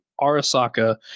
Arasaka